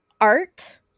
art